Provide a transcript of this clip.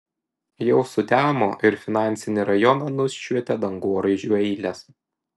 jau sutemo ir finansinį rajoną nušvietė dangoraižių eilės